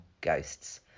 Ghosts